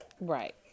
Right